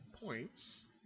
points